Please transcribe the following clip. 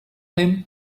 him